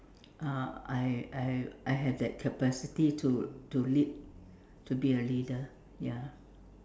uh I I I had that capacity to to lead to be a leader ya